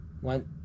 one